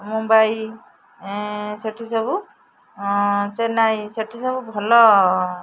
ମୁମ୍ବାଇ ସେଠି ସବୁ ଚେନ୍ନାଇ ସେଠି ସବୁ ଭଲ